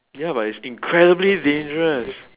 ya but it's incredibly dangerous